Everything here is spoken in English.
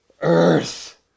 earth